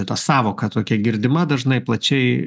ta sąvoka tokia girdima dažnai plačiai